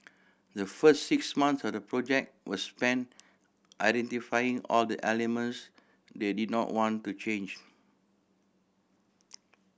the first six months of the project were spent identifying all the elements they did not want to change